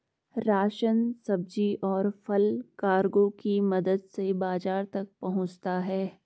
ration, सब्जी, और फल कार्गो की मदद से बाजार तक पहुंचता है